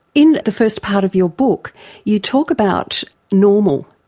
in the first part of your book you talk about normal,